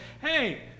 hey